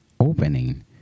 Opening